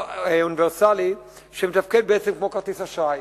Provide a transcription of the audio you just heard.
אוניברסלי שמתפקד בעצם כמו כרטיס אשראי,